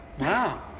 Wow